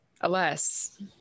alas